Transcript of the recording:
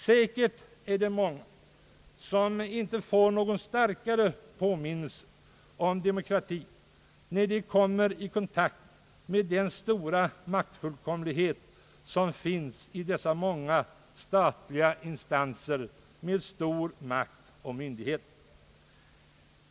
Säkert är det många som inte får någon starkare påminnelse om demokrati, när de kommer i kontakt med den stora maktfullkomligheten hos dessa många statliga instanser med stor makt och myndighet.